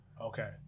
Okay